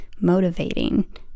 motivating